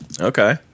Okay